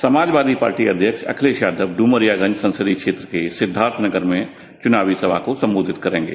Samajwadi party अध्यक्ष अखिलेश यादव डुमरियागंज संसदीय क्षेत्र सिद्वार्थनगर में चुनावी सभा को सम्बोधित करेंगे